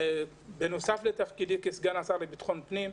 בנוסף לתפקידי כסגן השר לביטחון פנים,